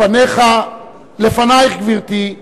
לפנייך, גברתי,